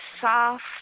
soft